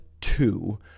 two